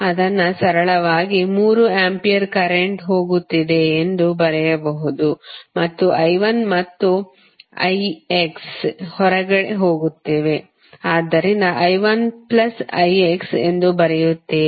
ಅದನ್ನು ಸರಳವಾಗಿ 3 ampere current ಹೋಗುತ್ತಿದೆ ಎಂದು ಬರೆಯಬಹುದು ಮತ್ತು I1 ಮತ್ತು ix ಹೊರಗೆ ಹೋಗುತ್ತಿವೆ ಆದ್ದರಿಂದ I1ix ಎಂದು ಬರೆಯುತ್ತೀರಿ